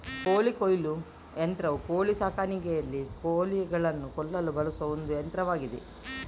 ಕೋಳಿ ಕೊಯ್ಲು ಯಂತ್ರವು ಕೋಳಿ ಸಾಕಾಣಿಕೆಯಲ್ಲಿ ಕೋಳಿಗಳನ್ನು ಕೊಲ್ಲಲು ಬಳಸುವ ಒಂದು ಯಂತ್ರವಾಗಿದೆ